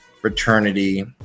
fraternity